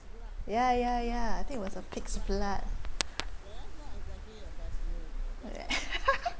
ya ya ya I think was the pig's blood okay